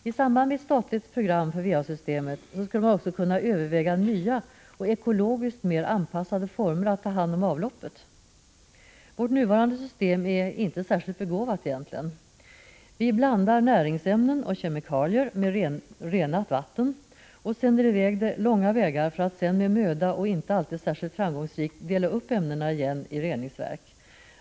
I samband med ett statligt program för VA-systemet skulle man också kunna överväga nya, ekologiskt mer anpassade former för att ta hand om avloppet. Vårt nuvarande system är egentligen inte särskilt begåvat. Vi blandar näringsämnen och kemikalier med renat vatten och sänder det långa vägar för att sedan med möda, och inte alltid särskilt framgångsrikt, dela upp ämnena igen i reningsverk.